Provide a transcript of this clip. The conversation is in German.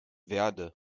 verde